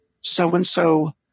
so-and-so